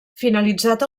finalitzat